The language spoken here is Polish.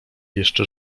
jeszcze